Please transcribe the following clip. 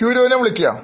Curio നെ വിളിക്കാം